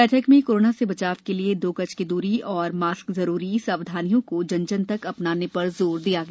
बैठक में कोरोना से बचाव के लिये दो गज की दूरी और मास्क जरूरी सावधानियों को जन जन तक अपनाने पर जोर दिया गया